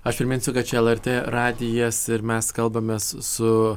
aš priminsiu kad čia lrt radijas ir mes kalbamės su